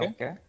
Okay